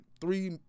three